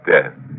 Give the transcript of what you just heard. Death